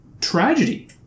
tragedy